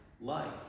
Life